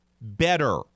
better